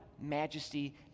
majesty